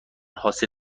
حاصل